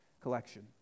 collection